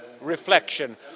reflection